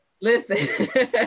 Listen